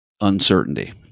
uncertainty